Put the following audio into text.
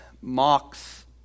mocks